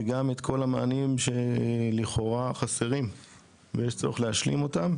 וגם את כל המענים שלכאורה חסרים ויש צורך להשלים אותם,